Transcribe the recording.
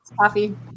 coffee